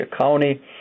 county